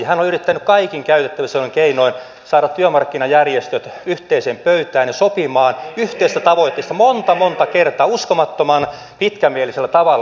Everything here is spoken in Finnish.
hän on yrittänyt kaikin käytettävissä olevin keinoin saada työmarkkinajärjestöt yhteiseen pöytään ja sopimaan yhteisistä tavoitteista monta monta kertaa uskomattoman pitkämielisellä tavalla